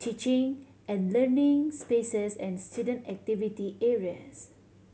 teaching and learning spaces and student activity areas